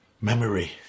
memory